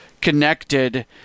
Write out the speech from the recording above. connected